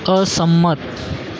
અસંમત